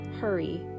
hurry